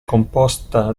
composta